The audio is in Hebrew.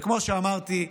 כמו שאמרתי,